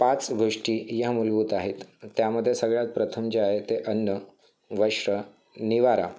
पाच गोष्टी ह्या मूलभूत आहेत त्यामध्ये सगळ्यात प्रथम जे आहे ते अन्न वस्त्र निवारा